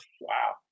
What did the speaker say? Wow